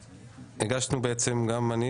הגשנו בעצם גם אני